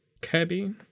Kirby